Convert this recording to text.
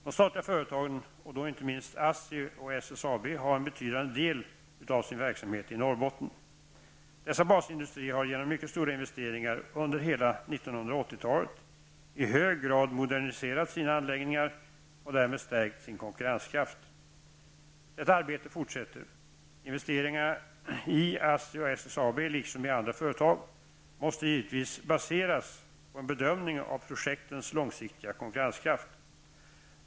De statliga företagen, och då inte minst ASSI och SSAB, har en betydande del av sin verksamhet i Norrbotten. Dessa basindustrier har genom mycket stora investeringar under hela 1980-talet i hög grad moderniserat sina anläggningar och därmed stärkt sin konkurrenskraft. Detta arbete fortsätter. Investeringar i ASSI och SSAB -- liksom i andra företag -- måste givetvis baseras på en bedömning av projektens långsiktiga konkurrenskraft.